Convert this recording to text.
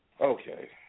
Okay